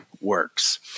works